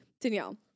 Danielle